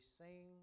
sing